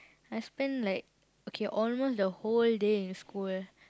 I spend like okay almost the whole day at school